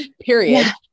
period